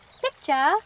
Picture